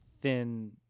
thin